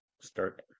start